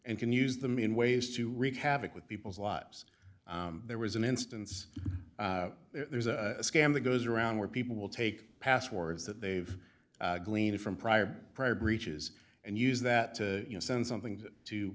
and can use them in ways to wreak havoc with people's lives there was an instance there's a scam that goes around where people will take passwords that they've gleaned from prior prior breaches and use that to you know send something to